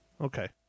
okay